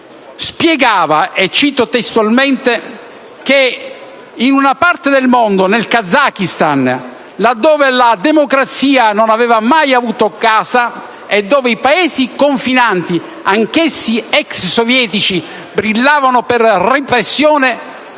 spiegava - cito testualmente - che «in una parte del mondo», nel Kazakistan, «in cui la democrazia non ha mai avuto casa e dove i Paesi confinanti, anch'essi ex sovietici, brillano per repressione,